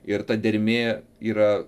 ir ta dermė yra